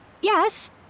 Yes